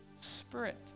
spirit